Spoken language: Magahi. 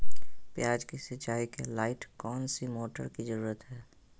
प्याज की सिंचाई के लाइट कौन सी मोटर की जरूरत है?